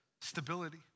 stability